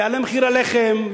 ויעלה מחיר הלחם,